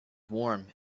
warm